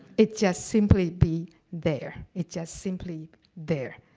it just simply be there. it just simply there.